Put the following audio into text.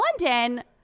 london